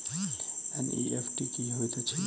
NEFT की होइत अछि?